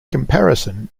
comparison